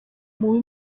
mubi